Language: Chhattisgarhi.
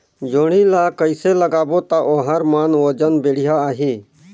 जोणी ला कइसे लगाबो ता ओहार मान वजन बेडिया आही?